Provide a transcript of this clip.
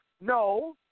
no